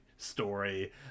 story